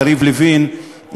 יריב לוין,